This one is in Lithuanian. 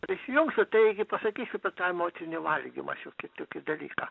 prisijungsiu taigi pasakysiu apie tą emocinį valgymą šiokį tokį dalyką